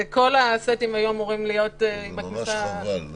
כל הסטים היו אמורים להיות בכניסה --- ממש חבל.